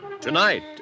Tonight